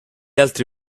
altri